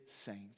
saints